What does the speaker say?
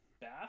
bath